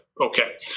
okay